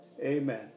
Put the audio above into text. Amen